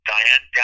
Diane